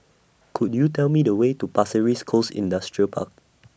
Could YOU Tell Me The Way to Pasir Ris Coast Industrial Park